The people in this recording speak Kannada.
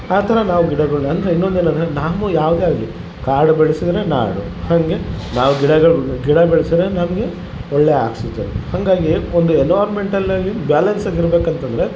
ಆ ಥರ ನಾವು ಗಿಡಗಳನ್ನೆಲ್ಲ ಇನ್ನೊಂದು ಏನು ಅಂದರೆ ನಾವು ಯಾವುದೇ ಆಗಲಿ ಕಾಡು ಬೆಳೆಸಿದ್ರೆ ನಾಡು ಹಂಗೆ ನಾವು ಗಿಡಗಳು ಬೆ ಗಿಡ ಬೆಳೆಸಿದ್ರೆ ನಮಗೆ ಒಳ್ಳೇ ಆಕ್ಸಿಜನ್ ಹಂಗಾಗಿ ಒಂದು ಎನೋರ್ರೋನ್ಮೆಂಟಲ್ಲಾಗಿ ಬ್ಯಾಲನ್ಸಾಗಿ ಇರಬೇಕಂತಂದ್ರೆ